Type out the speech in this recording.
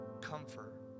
comfort